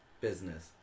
business